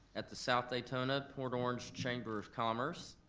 at the south daytona port orange chamber of commerce.